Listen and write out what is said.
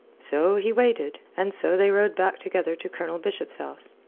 so he waited, and so they rode back together to colonel bishop's house.